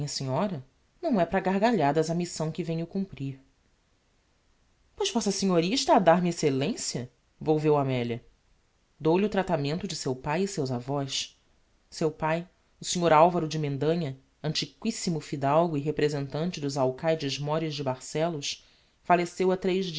senhora não é para gargalhadas a missão que venho cumprir pois v s a está a dar-me excellencia volveu amelia dou-lhe o tratamento de seu pai e seus avós seu pai o snr alvaro de mendanha antiquissimo fidalgo e representante dos alcaides móres de barcellos falleceu ha tres